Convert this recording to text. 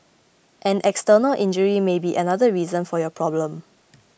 an external injury may be another reason for your problem